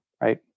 right